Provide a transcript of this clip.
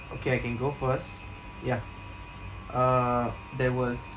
okay I can go first ya uh there was